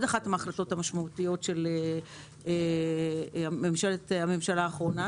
אחת מההחלטות המשמעותיות של הממשלה האחרונה,